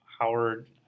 Howard